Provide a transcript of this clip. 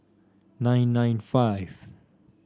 nine nine five